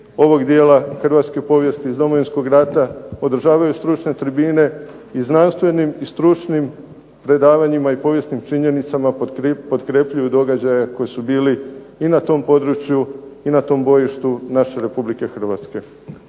ovog dijela hrvatske povijesti iz Domovinskog rata, održavaju stručne tribine i znanstvenim i stručnim predavanjima i povijesnim činjenicama potkrepljuju događaje koji su bili i na tom području i na tom bojištu naše Republike Hrvatske.